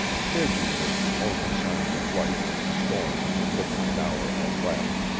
busy with the only signs of life that the storm and the midnight hour had left.